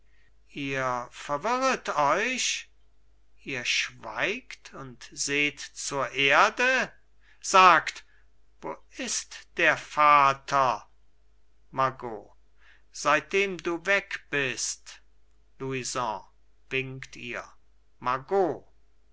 ihr verwirret euch ihr schweigt und seht zur erde sagt wo ist der vater margot seitdem du weg bist louison winkt ihr margot